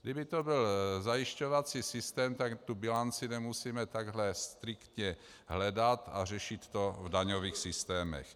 Kdyby to byl zajišťovací systém, tak tu bilanci nemusíme takhle striktně hledat a řešit to v daňových systémech.